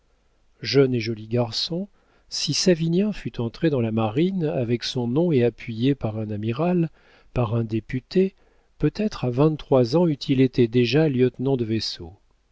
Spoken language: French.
jeune et joli garçon si savinien fût entré dans la marine avec son nom et appuyé par un amiral par un député peut-être à vingt-trois ans eût-il été déjà lieutenant de vaisseau